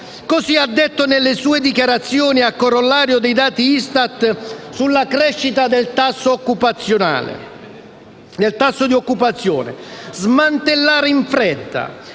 Così ha detto nelle sue dichiarazioni a corollario dei dati Istat sulla crescita del tasso di occupazione. Smantellare in fretta,